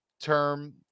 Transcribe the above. term